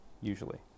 usually